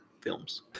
Films